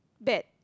bad